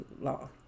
law